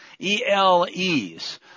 ELEs